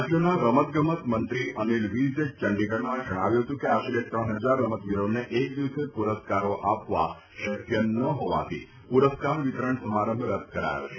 રાજ્યના રમતગમત મંત્રી અનીલ વીજે ચંડીગઢમાં જણાવ્યું હતું કે આશરે ત્રણ હજાર રમતવીરોને એક દિવસે પુરસ્કારો આપવા શક્ય ન હોવાથી પુરસ્કાર વિતરણ સમારંભ રદ કરાયો છે